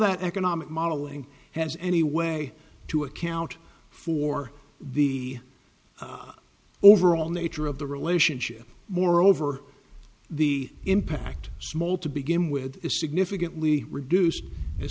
that economic modeling has any way to account for the overall nature of the relationship moreover the impact small to begin with is significantly reduced as